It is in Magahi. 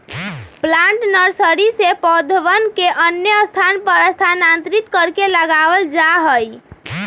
प्लांट नर्सरी से पौधवन के अन्य स्थान पर स्थानांतरित करके लगावल जाहई